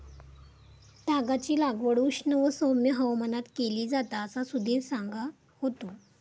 तागाची लागवड उष्ण व सौम्य हवामानात केली जाता असा सुधीर सांगा होतो